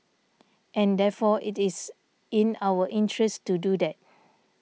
and therefore it is in our interest to do that